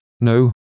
no